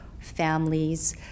families